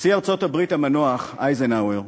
נשיא ארצות-הברית המנוח אייזנהאואר,